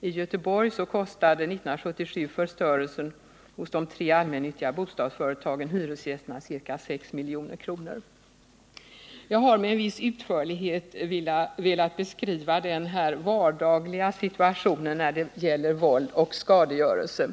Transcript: I Göteborg kostade 1977 förstörelsen hos de tre allmännyttiga bostadsföretagen hyresgästerna ca 6 milj.kr. Jag har med viss utförlighet velat beskriva den vardagliga situationen när det gäller våld och skadegörelse.